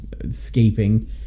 escaping